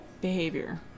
behavior